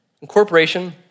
Incorporation